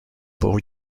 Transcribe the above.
port